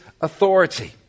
authority